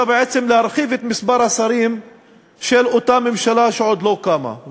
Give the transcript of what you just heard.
בעצם להרחיב את מספר השרים של אותה ממשלה שעוד לא קמה.